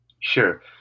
Sure